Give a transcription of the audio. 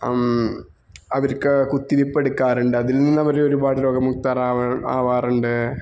അവർക്ക് കുത്തിവെപ്പ് എടുക്കാറുണ്ട് അതിൽ നിന്നവരൊരുപാട് രോഗമുക്തരാവും ആകാറുണ്ട്